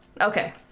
Okay